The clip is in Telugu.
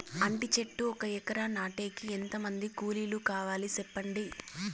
అంటి చెట్లు ఒక ఎకరా నాటేకి ఎంత మంది కూలీలు కావాలి? సెప్పండి?